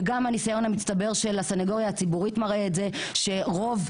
וגם הניסיון המצטבר של הסנגוריה הציבורית מראה את זה שרוב,